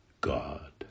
God